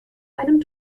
einem